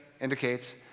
indicates